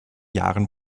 jahren